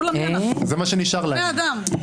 כולם כאן בני אדם.